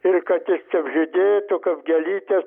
ir kad tiesiog žydėtų gėlytės